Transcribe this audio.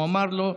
הוא אמר לו: